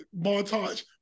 montage